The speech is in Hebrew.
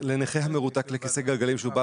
אמר, כמו שלימור הזכירה, בעמוד